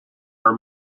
are